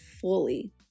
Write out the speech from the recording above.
fully